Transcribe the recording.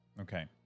Okay